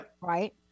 right